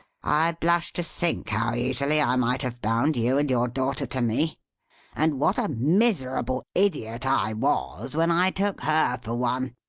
i blush to think how easily i might have bound you and your daughter to me and what a miserable idiot i was, when i took her for one!